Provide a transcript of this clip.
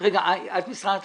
את ממשרד התחבורה?